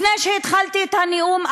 לפני שהתחלתי את הנאום,